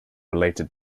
related